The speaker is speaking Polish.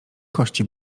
kości